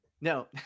No